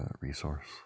resource